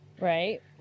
Right